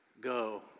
go